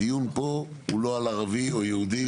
הדיון פה הוא לא על ערבי או יהודי.